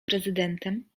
prezydentem